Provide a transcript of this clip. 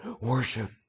Worship